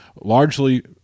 largely